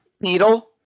Needle